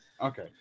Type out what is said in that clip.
Okay